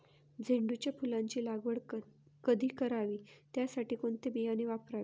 झेंडूच्या फुलांची लागवड कधी करावी? त्यासाठी कोणते बियाणे वापरावे?